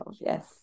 Yes